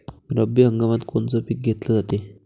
रब्बी हंगामात कोनचं पिक घेतलं जाते?